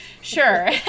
Sure